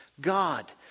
God